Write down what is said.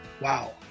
Wow